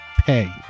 pay